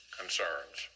concerns